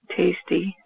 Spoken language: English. tasty